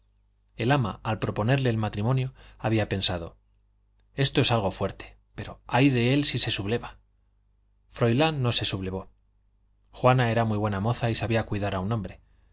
el ama al proponerle el matrimonio había pensado esto es algo fuerte pero ay de él si se subleva froilán no se sublevó juana era muy buena moza y sabía cuidar a un hombre